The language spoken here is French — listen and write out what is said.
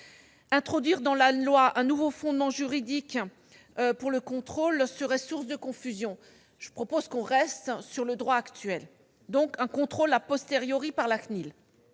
Introduire dans la loi un nouveau fondement juridique pour le contrôle serait source de confusion. Je propose donc que l'on en reste au droit actuel, donc à ce contrôle par la CNIL.